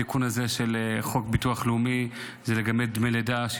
התיקון הזה של חוק הביטוח הלאומי הוא על דמי לידה.